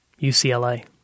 UCLA